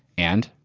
and?